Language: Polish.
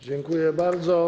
Dziękuję bardzo.